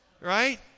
right